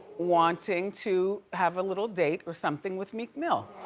wanting to have a little date or something with meek mill.